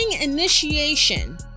initiation